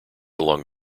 along